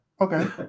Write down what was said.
Okay